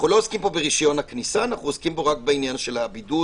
אנחנו לא עוסקים פה ברשיון הכניסה אלא רק בעניין הבידוד.